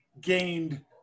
gained